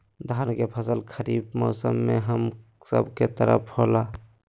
धान के फसल खरीफ मौसम में हम सब के तरफ होला